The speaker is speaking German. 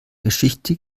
geschichte